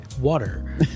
water